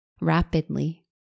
Rapidly